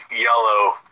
yellow